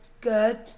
good